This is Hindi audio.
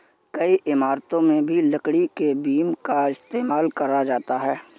कई इमारतों में भी लकड़ी के बीम का इस्तेमाल करा जाता है